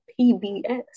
PBS